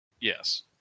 Yes